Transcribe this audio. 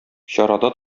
чарада